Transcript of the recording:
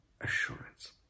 assurance